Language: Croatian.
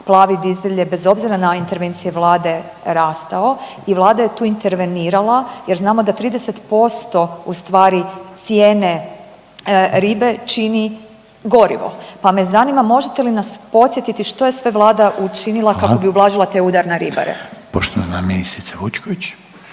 plavi dizel je bez obzira na intervencije Vlade rastao i Vlada je tu intervenirala jer znamo da 30% ustvari cijene ribe čini gorivo, pa me zanima možete li nas podsjetiti što sve Vlada učinila…/Upadica Reiner: Hvala/…kako bi ublažila